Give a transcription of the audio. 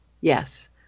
Yes